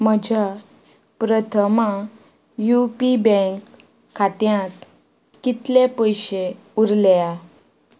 म्हज्या Prathama U P bank खात्यांत कितले पयशे उरल्या